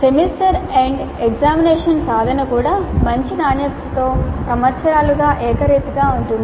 semester end examination సాధన కూడా మంచి నాణ్యతతో సంవత్సరాలుగా ఏకరీతిగా ఉంటుంది